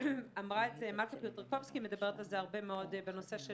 אמרה את זה --- מדברת על זה הרבה מאוד בנושא של